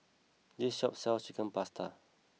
this shop sells Chicken Pasta